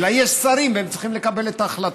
אלא יש שרים, והם צריכים לקבל את ההחלטות.